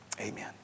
amen